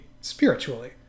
spiritually